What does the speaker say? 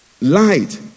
light